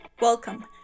Welcome